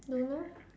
don't know